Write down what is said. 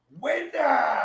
winner